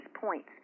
points